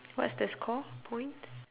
what's the score points